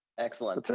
excellent,